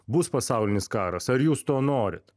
bus pasaulinis karas ar jūs to norit